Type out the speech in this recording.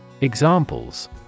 Examples